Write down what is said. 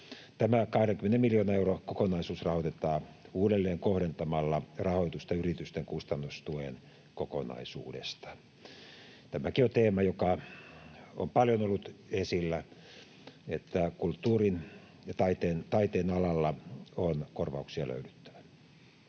Tämä 20 miljoonan euron kokonaisuus rahoitetaan uudelleenkohdentamalla rahoitusta yritysten kustannustuen kokonaisuudesta. Tämäkin on teema, joka on paljon ollut esillä, että kulttuurin ja taiteen alalle on korvauksia löydyttävä.